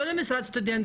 לא למשרת סטודנט,